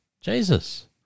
Jesus